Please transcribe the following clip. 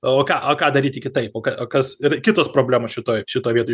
o ką o ką daryti kitaip o ka o kas ir kitos problemos šitoj šitoj vietoj